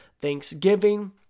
Thanksgiving